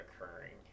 occurring